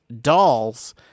dolls